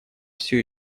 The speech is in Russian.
все